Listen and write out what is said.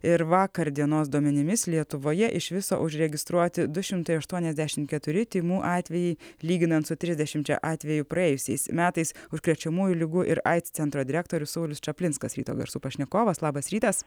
ir vakar dienos duomenimis lietuvoje iš viso užregistruoti du šimtai aštuoniasdešim keturi tymų atvejai lyginant su trisdešimčia atvejų praėjusiais metais užkrečiamųjų ligų ir aids centro direktorius saulius čaplinskas ryto garsų pašnekovas labas rytas